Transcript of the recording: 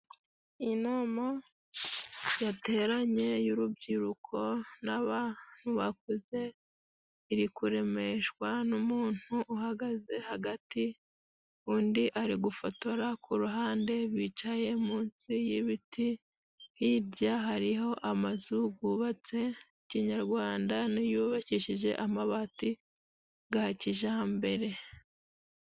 Inama yateranye y'urubyiruko n'abantu bakuze, iri kuremeshwa n'umuntu uhagaze hagati, undi ari gufotora ku ruhande, bicaye munsi y'ibiti, hirya hariho amazu gubatse kinyarwanda n'iyubakishije amabati ga kijambere.